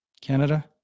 Canada